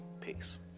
Peace